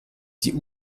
die